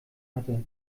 hatte